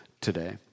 today